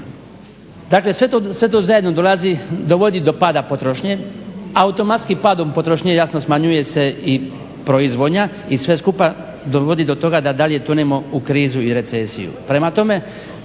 Dakle sve to zajedno dovodi do pada potrošnje, automatski padom potrošnje jasno smanjuje se i proizvodnja i sve skupa dovodi do toga da dalje tonemo u krizu i recesiju.